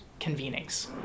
convenings